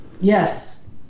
Yes